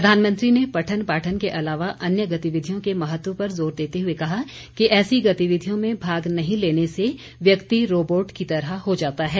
प्रधानमंत्री ने पठन पाठन के अलावा अन्य गतिविधियों के महत्व पर जोर देते हुए कहा कि ऐसी गतिविधियां में भाग नहीं लेने से व्यक्ति रॉबोट की तरह हो जाता है